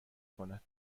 کند